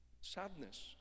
sadness